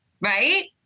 Right